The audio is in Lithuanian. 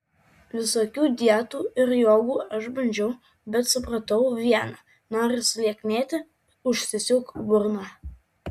visokių dietų ir jogų aš bandžiau bet supratau viena nori sulieknėti užsisiūk burną